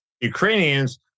Ukrainians